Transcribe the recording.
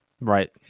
right